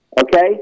okay